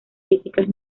físicas